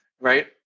Right